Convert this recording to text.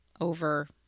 over